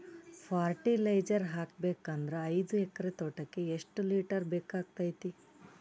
Fertiliser ಹಾಕಬೇಕು ಅಂದ್ರ ಐದು ಎಕರೆ ತೋಟಕ ಎಷ್ಟ ಲೀಟರ್ ಬೇಕಾಗತೈತಿ?